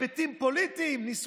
זה לא יפה, זה לא נאה.